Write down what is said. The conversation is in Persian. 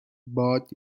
باد